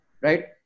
right